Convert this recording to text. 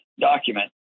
document